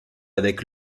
avec